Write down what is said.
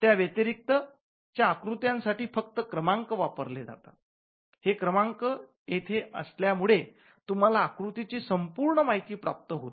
त्या व्यतिरिक्त च्या आकृत्यांसाठी फक्त क्रमांक वापरले जातात हे क्रमांक येथे असल्या मुळे तुम्हाला आकृतीची संपूर्ण माहिती प्राप्त होते